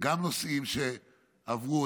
גם נושאים שעברו,